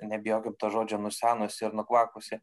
nebijokim to žodžio nusenusį ar nukvakusį